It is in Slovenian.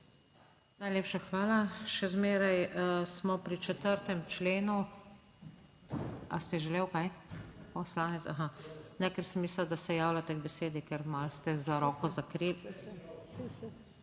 Najlepša hvala. Še zmeraj smo pri 4. členu. Ali ste želeli kaj? Ne, ker sem mislil, da se javljate k besedi, ker malo ste za roko...